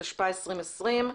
התשפ"א-2020.